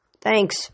Thanks